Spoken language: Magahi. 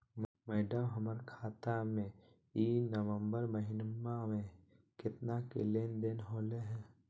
मैडम, हमर खाता में ई नवंबर महीनमा में केतना के लेन देन होले है